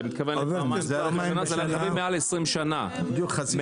אתה מתכוון לכך שעושים פעמיים בשנה טסט.